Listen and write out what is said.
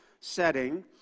setting